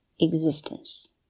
existence